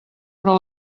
però